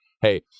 hey